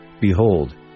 Behold